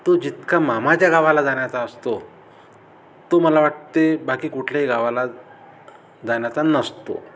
तो जितका मामाच्या गावाला जाण्याचा असतो तो मला वाटते बाकी कुठल्याही गावाला जाण्याचा नसतो